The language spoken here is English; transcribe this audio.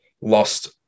lost